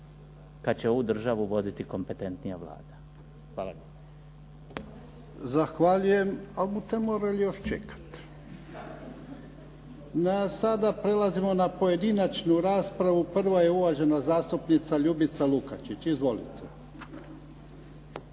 kad će ovu državu voditi kompetentnija Vlada. Hvala lijepa. **Jarnjak, Ivan (HDZ)** Zahvaljujem. Al bute morali još čekati. Sada prelazimo na pojedinačnu raspravu. Prva je uvažena zastupnica Ljubica Lukačić. Izvolite.